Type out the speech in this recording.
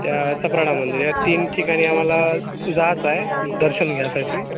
त्या चपराळा मग या तीन ठिकाणी आम्हाला जायचं आहे दर्शन घ्यासाठी